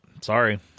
sorry